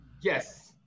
Yes